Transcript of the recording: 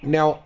Now